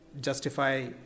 justify